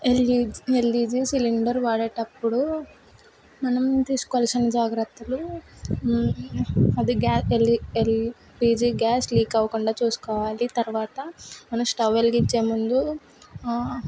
LPG LPG cylinder వాడేటప్పుడు మనం తీసుకోవాల్సిన జాగ్రత్తలు అది gas L L LPG gas leak అవ్వకుండా చూసుకోవాలి తర్వాత మనం స్టవ్ వెలిగించే ముందు